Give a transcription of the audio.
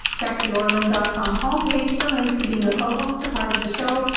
check the oralin dot com home page for links to being a co-host or part of the show,